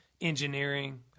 engineering